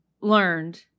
learned